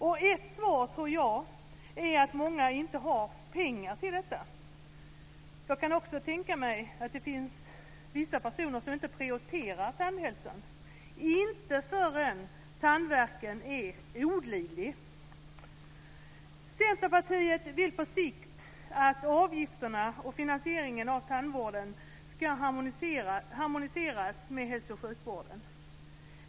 Jag tror att ett svar är att många inte har pengar till detta. Jag kan också tänka mig att det finns vissa personer som inte prioriterar tandhälsan, inte förrän tandvärken är olidlig. Centerpartiet vill på sikt att avgifterna och finansieringen av tandvården ska harmoniseras med hälsooch sjukvården.